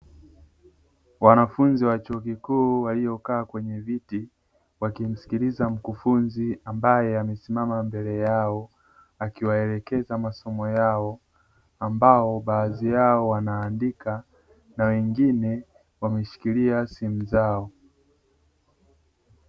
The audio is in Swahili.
Wanafunzi wa chuo kikuu waliokaa kwenye viti, wakimsikiliza mkufunzi ambaye amesimama mbele yao, akiwaelekeza masomo yao ambao baadhi yao wanaandika na wengine wameshikilia simu zao.